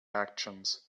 actions